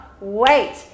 wait